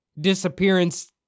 disappearance